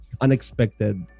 unexpected